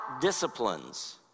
disciplines